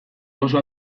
oso